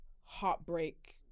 heartbreak